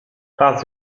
raz